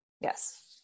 Yes